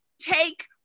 take